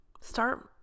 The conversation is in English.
start